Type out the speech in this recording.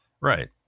Right